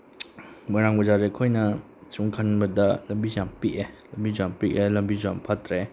ꯃꯣꯏꯔꯥꯡ ꯕꯖꯥꯔꯁꯦ ꯑꯩꯈꯣꯏꯅ ꯁꯨꯝ ꯈꯟꯕꯗ ꯂꯝꯕꯤꯁꯦ ꯌꯥꯝ ꯄꯤꯛꯑꯦ ꯂꯝꯕꯤꯁꯦ ꯌꯥꯝ ꯄꯤꯛꯑꯦ ꯂꯝꯕꯤꯁꯨ ꯌꯥꯝ ꯐꯠꯇ꯭ꯔꯦ